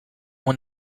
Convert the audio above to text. when